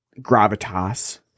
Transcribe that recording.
gravitas